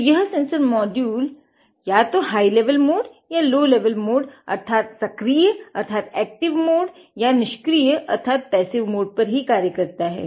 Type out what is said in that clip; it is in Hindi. तो यह सेंसर मोड्यूल या तो हाई लेवल मोड पर कार्य करता है